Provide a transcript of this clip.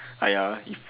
!aiya! if